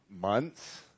months